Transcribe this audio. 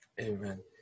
amen